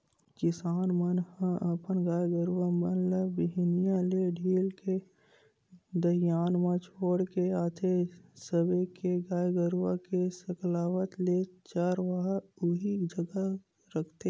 किसान मन ह अपन गाय गरु मन ल बिहनिया ले ढील के दईहान म छोड़ के आथे सबे के गाय गरुवा के सकलावत ले चरवाहा उही जघा रखथे